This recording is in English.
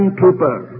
trooper